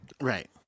Right